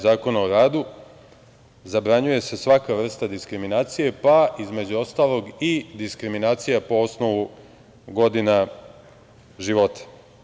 Zakona o radu zabranjuje se svaka vrsta diskriminacije, pa između ostalog i diskriminacija po osnovu godina života.